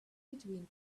between